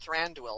Thranduil